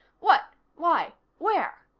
what? why? where?